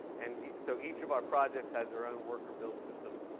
and so each of our projects has their own wercker build system,